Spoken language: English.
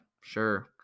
sure